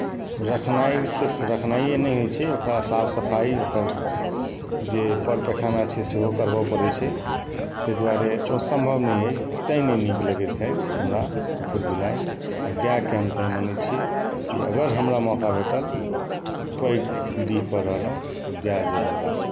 रखनाइ सिर्फ रखनाइए नहि होइ छै ओकरा साफ सफाइ ओकर जे पर पैखाना छै सेहो करबऽ पड़ै छै ताहि दुआरे ओ सम्भव नहि अछि तेँ नहि नीक लगैत अछि हमरा कुकुर बिलाइ आओर गाइके हम तेँ मानै छिए कि अगर हमरा मौका भेटल पैघ डीहपर रहलहुँ गाइ जरूर राखब